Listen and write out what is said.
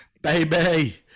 baby